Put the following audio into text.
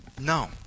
No